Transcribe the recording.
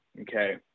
okay